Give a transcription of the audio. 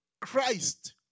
Christ